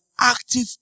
active